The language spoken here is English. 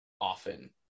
often